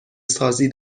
سازی